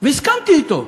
והסכמתי אתו.